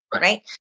right